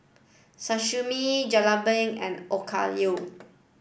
Sashimi Jalebi and Okayu